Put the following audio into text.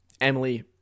Emily